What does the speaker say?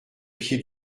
pieds